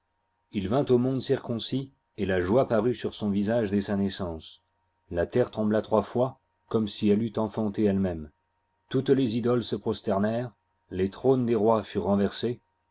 il vint au monde circoncis et la joie parut sur son visage dès sa naissance la terre trembla trois fois comme si elle eût enfanté elle-même toutes les idoles se prosternèrent les trônes des rois furent renversés